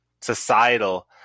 societal